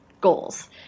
goals